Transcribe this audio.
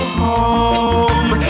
home